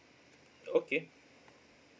okay